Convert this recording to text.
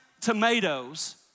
tomatoes